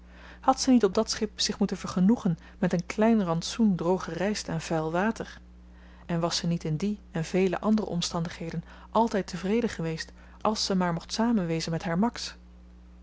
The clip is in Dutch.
had ze niet op dat schip zich moeten vergenoegen met een klein rantsoen droge ryst en vuil water en was ze niet in die en vele andere omstandigheden altyd tevreden geweest als ze maar mocht samen wezen met haar max